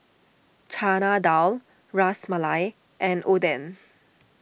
Chana Dal Ras Malai and Oden